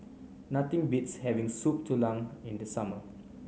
nothing beats having Soup Tulang in the summer